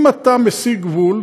דוגמה שנייה: אם אתה מסיג גבול,